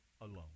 alone